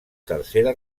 tercera